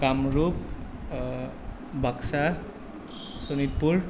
Kamrup Baksa Sonitpur